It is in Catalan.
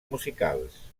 musicals